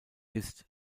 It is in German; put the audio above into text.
ist